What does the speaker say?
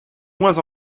moins